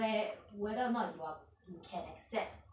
whe~ whether or not you are you can accept